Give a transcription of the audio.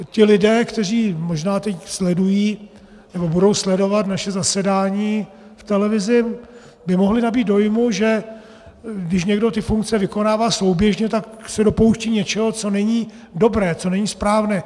Ti lidé, kteří možná teď sledují nebo budou sledovat naše zasedání v televizi, by mohli nabýt dojmu, že když někdo ty funkce vykonává souběžně, tak se dopouští něčeho, co není dobré, co není správné.